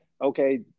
okay